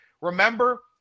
Remember